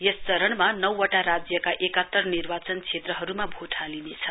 यस चरणमा नौ वटा राज्यका एकात्तर निर्वाचन क्षेत्रहरूमा भोट हालिनेछ